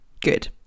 good